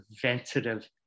preventative